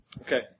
Okay